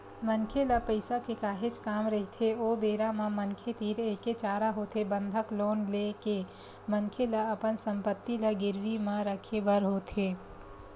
मनखे ल पइसा के काहेच काम रहिथे ओ बेरा म मनखे तीर एके चारा होथे बंधक लोन ले के मनखे ल अपन संपत्ति ल गिरवी म रखे बर होथे